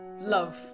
love